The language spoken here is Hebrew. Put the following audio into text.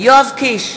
יואב קיש,